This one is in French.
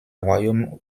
royaume